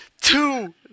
two